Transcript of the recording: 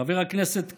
חבר הכנסת קריב,